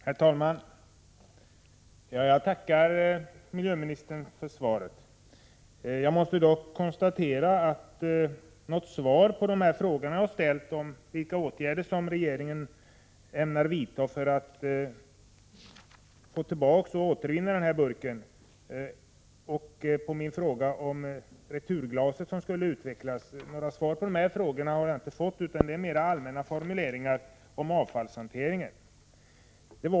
Herr talman! Jag tackar miljöministern för svaret. Jag måste dock konstatera att något svar på de frågor om vilka åtgärder regeringen ämnar vidta för att ölburkarna skall återvinnas och hur det går med det returglas som skulle utvecklas, har jag inte fått, utan det är mera allmänna formuleringar om avfallshanteringen.